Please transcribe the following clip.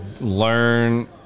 learn